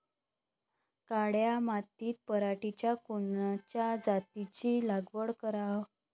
काळ्या मातीत पराटीच्या कोनच्या जातीची लागवड कराव?